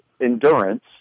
endurance